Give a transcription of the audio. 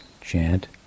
Chant